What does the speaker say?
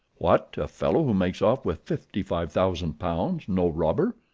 what! a fellow who makes off with fifty-five thousand pounds, no robber?